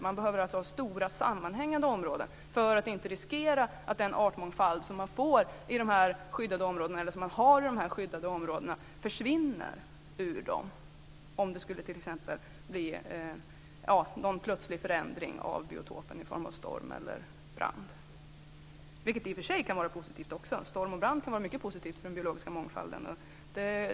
Man behöver ha stora sammanhängande områden för att inte riskera att den artmångfald som man får i de skyddade områdena försvinner, om det t.ex. skulle bli en plötslig förändring av biotopen i form av storm eller brand. Storm och brand kan i och för sig vara mycket positivt för den biologiska mångfalden.